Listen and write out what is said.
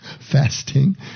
fasting